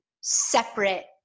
separate